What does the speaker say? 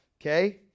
Okay